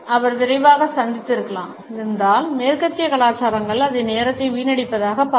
அவர் விரைவாக சந்தித்திருந்தால் மேற்கத்திய கலாச்சாரங்கள் அதை நேரத்தை வீணடிப்பதாகவே பார்க்கும்